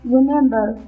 Remember